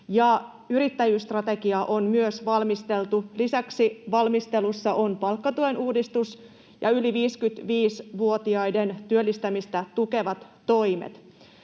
yrittäjyysstrategiaa on valmisteltu. Lisäksi valmistelussa ovat palkkatuen uudistus ja yli 55-vuotiaiden työllistämistä tukevat toimet.